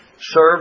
serve